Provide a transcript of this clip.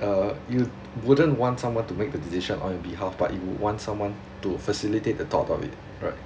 uh you wouldn't want someone to make decision on your behalf but you would want someone to facilitate the thought of it right